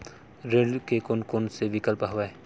ऋण के कोन कोन से विकल्प हवय?